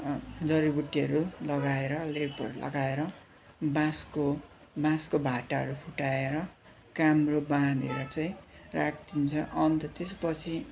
जरिबुट्टीहरू लगाएर लेपहरू लगाएर बाँसको बाँसको भाटाहरू फुटाएर काम्रो बाँधेर चाहिँ राखिदिन्छ अन्त त्यसपछि